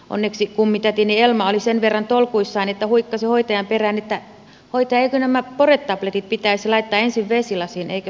onneksi kummitätini elma oli sen verran tolkuissaan että huikkasi hoitajan perään että hoitaja eikö nämä poretabletit pitäisi laittaa ensin vesilasiin eikä suoraan suuhun